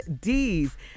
D's